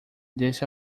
deixa